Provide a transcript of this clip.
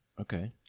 okay